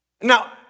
Now